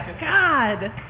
God